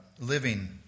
living